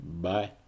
Bye